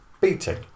beating